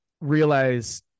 realize